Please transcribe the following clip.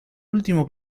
último